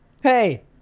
hey